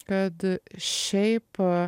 kad šiaip